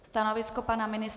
Stanovisko pana ministra?